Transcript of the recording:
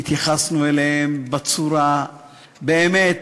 התייחסנו אליהם בצורה שבאמת